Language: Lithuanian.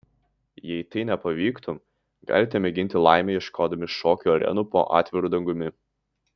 jei tai nepavyktų galite mėginti laimę ieškodami šokių arenų po atviru dangumi